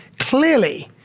clearly,